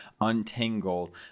untangle